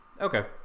okay